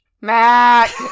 Matt